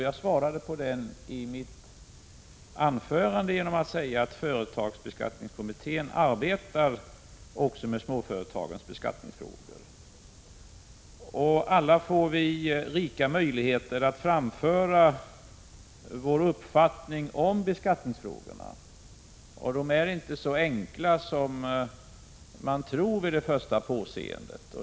Jag svarade på dem i mitt anförande genom att säga att företagsbeskattningskommittén arbetar också med beskattningen av småföretag. Vi får alla rika möjligheter att framföra vår uppfattning om beskattningsfrågorna. De är inte så enkla som man tror vid första påseendet.